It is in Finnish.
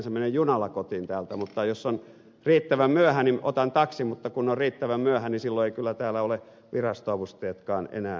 yleensä menen junalla kotiin täältä mutta jos on riittävän myöhä niin otan taksin mutta kun on riittävän myöhä niin silloin eivät kyllä täällä ole virastoavustajatkaan enää töissä